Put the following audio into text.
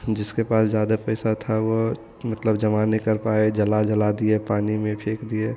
जिसके पास ज़्यादा पैसा था वह मतलब जमा नहीं कर पाए जला जला दिए पानी में फेंक दिए